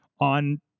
on